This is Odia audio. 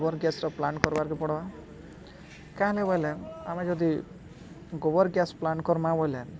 ଗୋବର ଗ୍ୟାସର ପ୍ଲାଣ୍ଟ କରିବାକୁ ପଡ଼ିବ କାହିଁକି ବୋଇଲେ ଆମେ ଯଦି ଗୋବର ଗ୍ୟାସ ପ୍ଲାଣ୍ଟ କରିବା ବୋଇଲେ